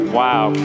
wow